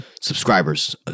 subscribers